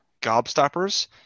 gobstoppers